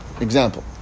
Example